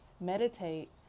meditate